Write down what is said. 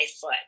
foot